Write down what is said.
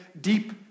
deep